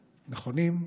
נכונים,